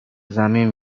زمین